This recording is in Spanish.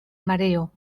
mareo